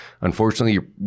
unfortunately